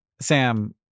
Sam